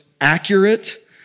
accurate